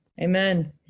Amen